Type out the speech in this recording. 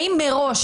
האם מראש,